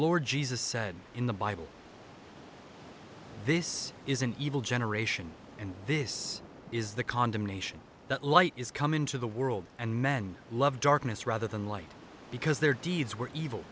lord jesus said in the bible this is an evil generation and this is the condemnation that light is come into the world and men loved darkness rather than light because their deeds were evil